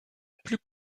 plus